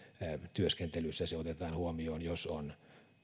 työskentelyssä se otetaan huomioon jos on